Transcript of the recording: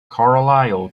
carlisle